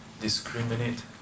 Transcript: discriminate